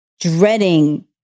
dreading